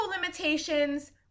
limitations